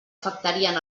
afectarien